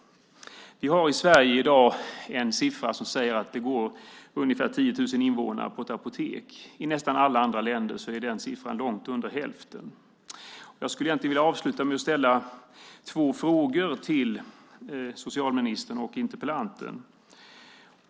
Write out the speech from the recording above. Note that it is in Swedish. Vi har i Sverige i dag en siffra som säger att det går ungefär 10 000 invånare på ett apotek. I nästan alla andra länder är den siffran långt under hälften. Jag skulle vilja avsluta med att ställa två frågor till socialministern och interpellanten.